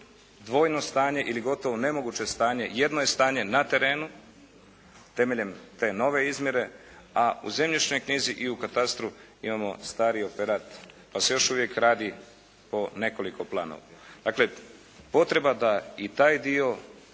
dvojno stanje ili gotovo nemoguće stanje. Jedno je stanje na terenu temeljem te nove izmjere a u zemljišnoj knjizi i u katastru imamo stari operat pa se još uvijek radi o nekoliko planova. Dakle, potreba da i taj dio